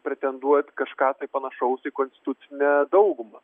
pretenduot kažką panašaus į konstitucinę daugumą